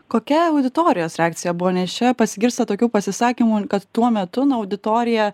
kokia auditorijos reakcija buvo nes čia pasigirsta tokių pasisakymų kad tuo metu nu auditorija